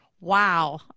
Wow